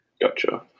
Gotcha